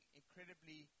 incredibly